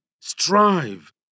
Strive